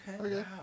Okay